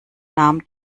nahm